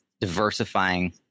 diversifying